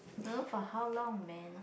don't know for how long man